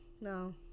no